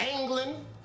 England